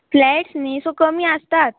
flats न्ही सो कमी आसतात